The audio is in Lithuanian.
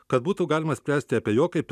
kad būtų galima spręsti apie jo kaip